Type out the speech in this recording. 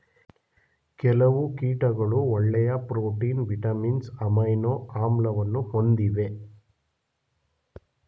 ಕೆಲವು ಕೀಟಗಳು ಒಳ್ಳೆಯ ಪ್ರೋಟೀನ್, ವಿಟಮಿನ್ಸ್, ಅಮೈನೊ ಆಮ್ಲವನ್ನು ಹೊಂದಿವೆ